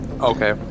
okay